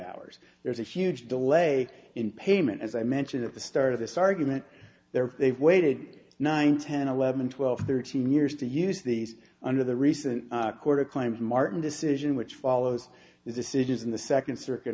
hours there's a huge delay in payment as i mentioned at the start of this argument they're they've waited nine ten eleven twelve thirteen years to use these under the recent court of claims martin decision which follows is a citizen the second circuit